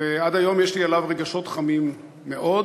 ועד היום יש לי אליו רגשות חמים מאוד,